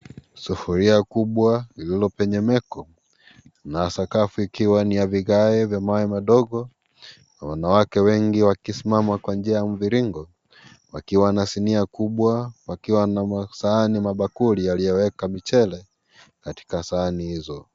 Sufuria kubwa lililo kwenye meko na sakafu ikiwa ni ya vigae vya mawe madogo, na wanawake wengi wakisimama kwa njia ya mviringo, wakiwa na sinia kubwa, wakiwa na masahani na mabakuli yaliyowekwa michele katika sahani hizo.